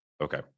Okay